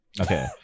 Okay